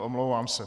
Omlouvám se.